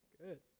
Good